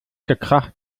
gekracht